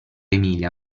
emilia